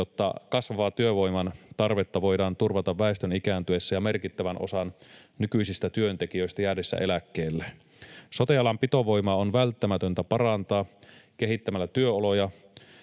jotta kasvavaa työvoiman tarvetta voidaan turvata väestön ikääntyessä ja merkittävän osan nykyisistä työntekijöistä jäädessä eläkkeelle. Sote-alan pitovoimaa on välttämätöntä parantaa kehittämällä työoloja